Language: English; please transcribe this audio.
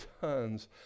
tons